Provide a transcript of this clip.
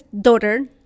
daughter